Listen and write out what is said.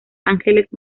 ángeles